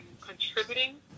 contributing